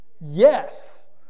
yes